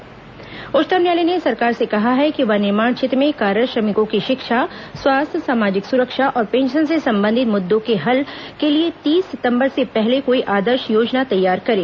supreme court श्रमिक उच्चतम न्यायालय ने सरकार से कहा है कि वह निर्माण क्षेत्र में कार्यरत् श्रमिकों की शिक्षा स्वास्थ्य सामाजिक सुरक्षा और पेंशन से संबंधित मुद्दों के हल के लिए तीस सितंबर से पहले कोई आदर्श योजना तैयार करे